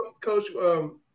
Coach